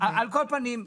על כל פנים,